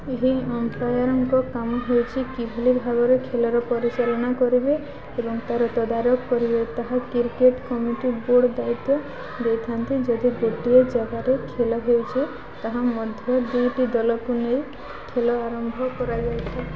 ଏହି ଅମ୍ପାୟାରଙ୍କ କାମ ହେଉଛି କିଭଳି ଭାବରେ ଖେଳର ପରିଚାଳନା କରିବେ ଏବଂ ତାର ତଦାରଖ କରିବେ ତାହା କ୍ରିକେଟ୍ କମିଟି ବୋର୍ଡ଼ ଦାୟିତ୍ୱ ଦେଇଥାନ୍ତି ଯଦି ଗୋଟିଏ ଜାଗାରେ ଖେଳ ହେଉଛି ତାହା ମଧ୍ୟ ଦୁଇଟି ଦଳକୁ ନେଇ ଖେଳ ଆରମ୍ଭ କରାଯାଇଥାଏ